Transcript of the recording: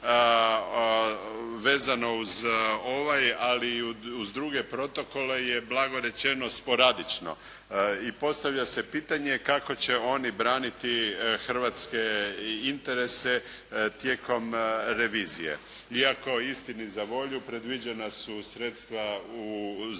vezano uz ovaj, ali i uz druge protokole je blago rečeno sporadično i postavlja se pitanje kako će oni braniti hrvatske interese tijekom revizije. Iako istini za volju predviđena su sredstva za